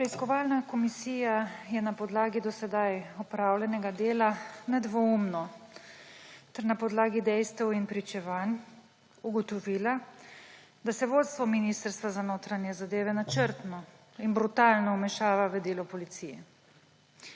Preiskovalna komisija je na podlagi do sedaj opravljenega dela nedvoumno ter na podlagi dejstev in pričevanj ugotovila, da se vodstvo Ministrstva za notranje zadeve načrtno in brutalno vmešava v delo policije.